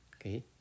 Okay